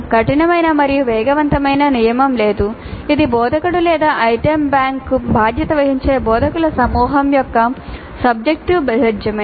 కఠినమైన మరియు వేగవంతమైన నియమం లేదు ఇది బోధకుడు లేదా ఐటెమ్ బ్యాంక్కు బాధ్యత వహించే బోధకుల సమూహం యొక్క సబ్జెక్టివ్ జడ్జిమెంట్